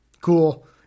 Cool